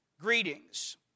greetings